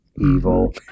evil